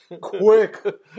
Quick